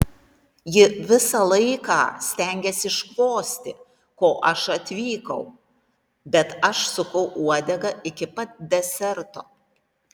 ji visą laiką stengėsi iškvosti ko aš atvykau bet aš sukau uodegą iki pat deserto